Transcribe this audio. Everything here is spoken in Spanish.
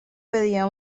pedía